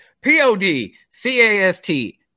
P-O-D-C-A-S-T